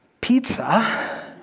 pizza